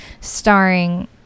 starring